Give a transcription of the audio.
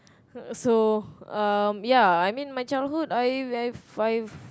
so um ya I mean my childhood I have five